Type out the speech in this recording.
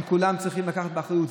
הם כולם צריכים לקחת אחריות.